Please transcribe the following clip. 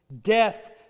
Death